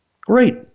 Great